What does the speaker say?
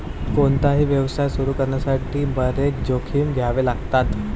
कोणताही व्यवसाय सुरू करण्यासाठी बरेच जोखीम घ्यावे लागतात